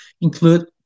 include